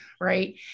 right